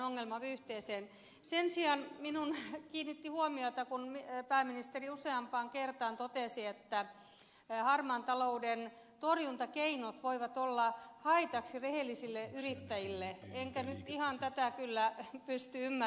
sen sijaan minun huomioni kiinnittyi siihen kun pääministeri useampaan kertaan totesi että harmaan talouden torjuntakeinot voivat olla haitaksi rehellisille yrittäjille enkä nyt tätä kyllä ihan pysty ymmärtämään